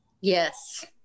Yes